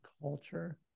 culture